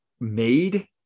made